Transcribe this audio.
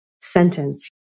sentence